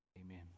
amen